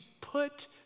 put